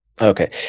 Okay